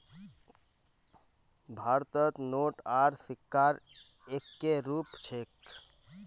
भारतत नोट आर सिक्कार एक्के रूप छेक